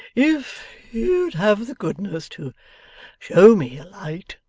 if you'd have the goodness to show me a light,